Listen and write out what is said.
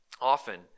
often